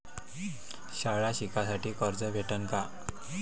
शाळा शिकासाठी कर्ज भेटन का?